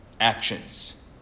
actions